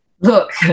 Look